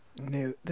new